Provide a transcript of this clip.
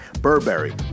Burberry